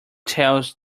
tales